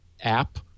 app